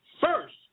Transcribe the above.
first